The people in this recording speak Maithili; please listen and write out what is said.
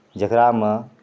जेकरामे